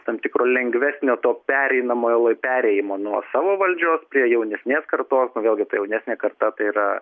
tam tikro lengvesnio to pereinamojo lai perėjimo nuo savo valdžios prie jaunesnės kartos vėlgi ta jaunesnė karta tai yra